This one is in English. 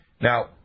Now